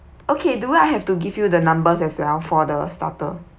okay do I have to give you the numbers as well for the starter